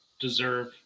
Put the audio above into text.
deserve